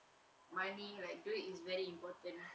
money like duit is very important